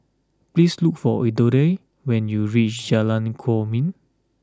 please look for Elodie when you reach Jalan Kwok Min